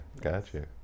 Gotcha